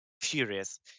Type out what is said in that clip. furious